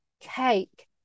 cake